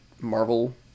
Marvel